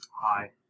Hi